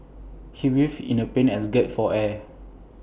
he writhed in A pain as gasped for air